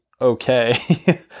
okay